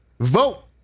Vote